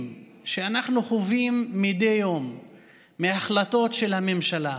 שאנחנו חווים מדי יום מהחלטות של הממשלה,